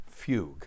fugue